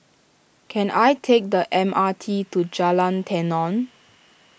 can I take the M R T to Jalan Tenon